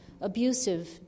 abusive